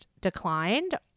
declined